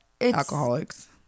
alcoholics